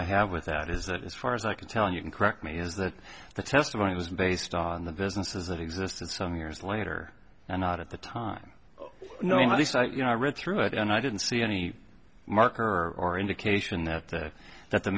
i have with that is that as far as i can tell you can correct me is that the testimony was based on the businesses that existed some years later and not at the time i read through it and i didn't see any marker or indication that the that the